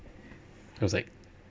it was like